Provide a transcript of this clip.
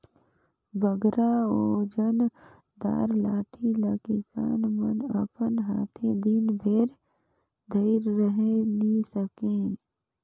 बगरा ओजन दार लाठी ल किसान मन अपन हाथे दिन भेर धइर रहें नी सके